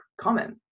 comment